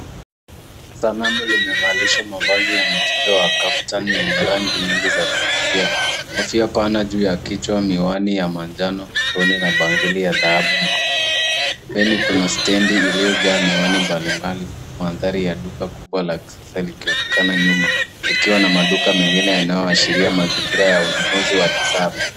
Sanamu limevalishwa mavazi ya mtindo wa kaftan yenye rangi nyingi za kuvutia. Kofia pana juu ya kichwa, miwani ya manjano usoni na bangili ya dhahabu mkononi. Pembeni kuna stendi iliyojaa miwani mbalimbali huku mandhari ya duka kubwa la kisasa likionekana nyuma likiwa na maduka mengine yanayoashiria mazingira ya ununuzi wa kisasa.